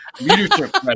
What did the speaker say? Leadership